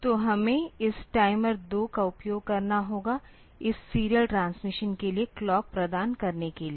तो हमें इस टाइमर 2 का उपयोग करना होगा इस सीरियल ट्रांसमिशन के लिए क्लॉक प्रदान करने के लिए